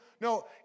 No